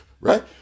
right